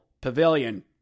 Pavilion